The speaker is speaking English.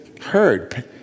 heard